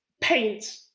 paint